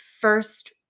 first